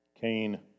Cain